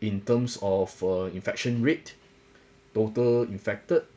in terms of uh infection rate total infected